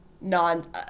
non